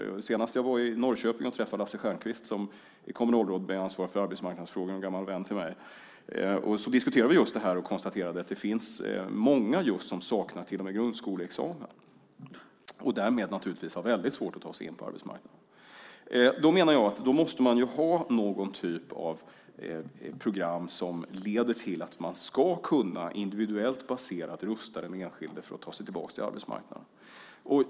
När jag senast var i Norrköping och träffade Lasse Stjernkvist, som är kommunalråd med ansvar för arbetsmarknadsfrågor och en gammal vän till mig, diskuterade vi just det här och konstaterade att det finns många som saknar till och med grundskoleexamen och därmed naturligtvis har väldigt svårt att ta sig in på arbetsmarknaden. Jag menar att man då måste ha någon typ av program som leder till att man ska kunna, individuellt baserat, rusta den enskilde för att ta sig tillbaka till arbetsmarknaden.